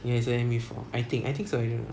yes I am with I think I think so I don't know